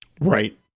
right